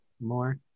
more